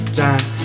time